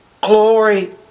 Glory